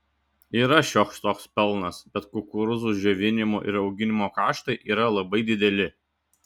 yra šioks toks pelnas bet kukurūzų džiovinimo ir auginimo kaštai yra labai dideli